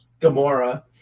Gamora